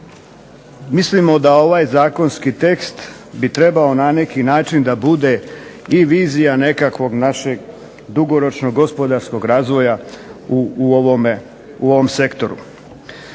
Mislimo da ovaj zakonski tekst bi trebao na neki način da bude i vizija nekakvog našeg dugoročnog gospodarskog razvoja u ovom sektoru.